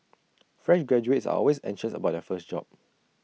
fresh graduates are always anxious about their first job